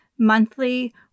monthly